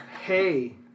hey